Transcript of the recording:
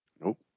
Nope